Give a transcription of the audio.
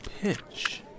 pitch